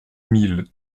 mille